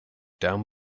down